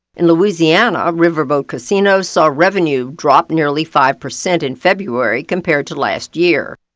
in louisiana, a riverboat casino saw revenue drop nearly five percent in february compared to last year.